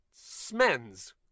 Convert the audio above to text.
smens